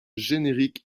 générique